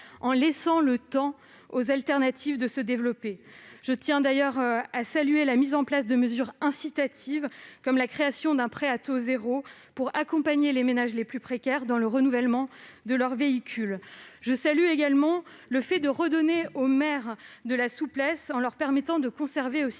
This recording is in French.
de laisser aux alternatives le temps de se développer. Je tiens aussi à saluer la mise en place de mesures incitatives comme la création d'un prêt à taux zéro pour accompagner les ménages les plus précaires dans le renouvellement de leur véhicule. Je salue également le fait de redonner de la souplesse aux maires en leur permettant de conserver leur